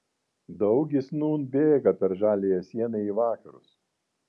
daugis nūn bėga per žaliąją sieną į vakarus